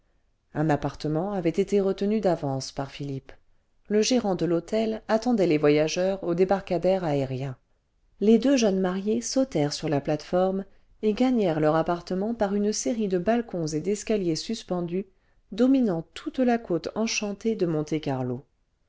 un appartement avait été retenu d'avance par philippe le gérant de l'hôtel attendait les voyageurs au débarcadère aérien les deux jeunes mariés sautèrent sur la plate-forme et gagnèrent leur appartement par une série de balcons et d'escaliers suspendus dominant toute la côte enchantée de monte-carlo